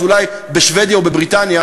אז אולי בשבדיה או בבריטניה,